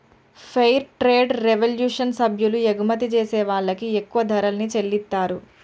fair trade revolution సభ్యులు ఎగుమతి జేసే వాళ్ళకి ఎక్కువ ధరల్ని చెల్లిత్తారు